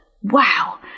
Wow